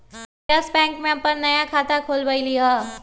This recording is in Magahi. हम यस बैंक में अप्पन नया खाता खोलबईलि ह